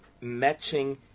matching